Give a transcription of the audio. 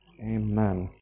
Amen